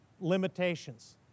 limitations